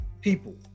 people